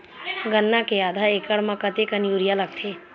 गन्ना के आधा एकड़ म कतेकन यूरिया लगथे?